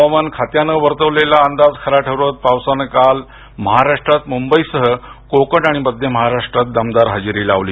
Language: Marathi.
हवामान खात्यानं वर्तवलेला अंदाज खरा ठरवत पावसानं काल महाराष्ट्रात मुंबईसह कोकण आणि मध्य महाराष्ट्रात दमदार हजेरी लावली